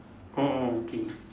orh orh okay